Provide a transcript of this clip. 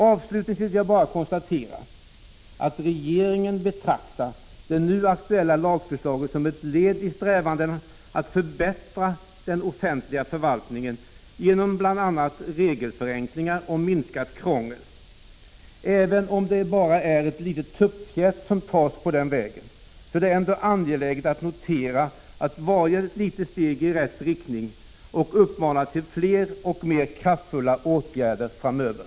Avslutningsvis vill jag bara konstatera att regeringen betraktar det nu aktuella lagförslaget som ett led i strävandena att förbättra den offentliga förvaltningen genom bl.a. regelförenklingar och minskat krångel. Även om det bara är ett litet tuppfjät som tas på den vägen, är det ändå angeläget att notera varje litet steg i rätt riktning och att uppmana till fler och mer kraftfulla åtgärder framöver.